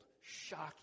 shocking